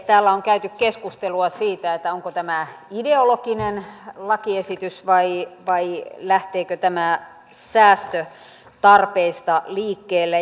täällä on käyty keskustelua siitä onko tämä ideologinen lakiesitys vai lähteekö tämä säästötarpeista liikkeelle